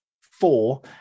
four